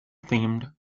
themed